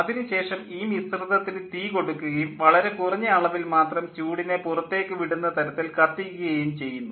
അതിനുശേഷം ഈ മിശ്രിതത്തിന് തീകൊടുക്കുകയും വളരെ കുറഞ്ഞ അളവിൽ മാത്രം ചൂടിനെ പുറത്തേക്ക് വിടുന്ന തരത്തിൽ കത്തിക്കുകയും ചെയ്യുന്നു